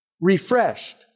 refreshed